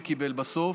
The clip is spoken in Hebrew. וקיבל בסוף,